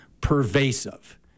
pervasive